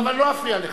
אבל לא אפריע לך.